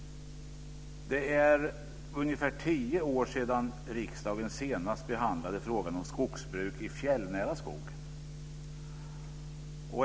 Det är ungefär tio år sedan riksdagen senast behandlade frågan om skogsbruk i fjällnära skog.